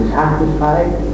satisfied